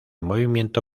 movimiento